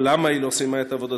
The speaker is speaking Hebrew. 3. אם לא, למה לא סיימה את עבודתה?